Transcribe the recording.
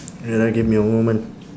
wait ah give me a moment